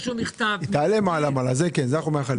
היא תעלה מעלה מעלה, זה כן, זה אנחנו מאחלים.